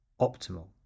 optimal